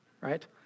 right